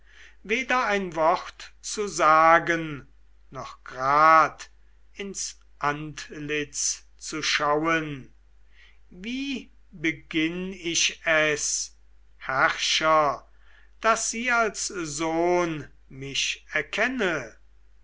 weder ein wort zu sagen noch grad ins antlitz zu schauen wie beginn ich es herrscher daß sie als sohn mich erkenne